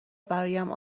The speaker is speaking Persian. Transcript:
برایم